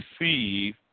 receive